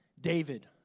David